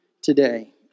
today